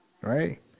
Right